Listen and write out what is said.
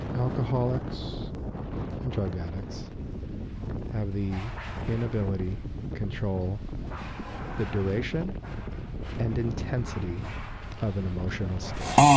alcoholics and drug addicts have the inability control the duration and intensity of an emotional state.